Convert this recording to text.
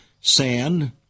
sand